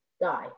die